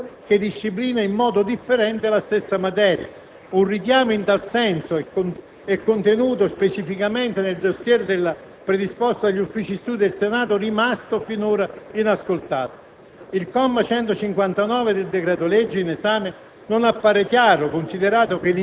con la disposizione prevista dall'articolo 6 della legge n. 145 del 2002, che disciplina in modo differente la stessa materia. Un richiamo in tal senso è contenuto specificatamente nel *dossier* predisposto dall'Ufficio studi del Senato, rimasto finora inascoltato.